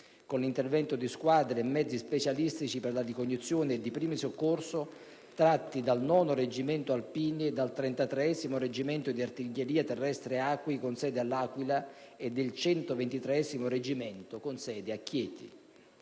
con l'intervento di squadre e mezzi specialistici per la ricognizione ed il primo soccorso tratti dal 9° Reggimento alpini e dal 33° Reggimento di artiglieria terrestre "Acqui" con sede all'Aquila e del 123° Reggimento con sede a Chieti.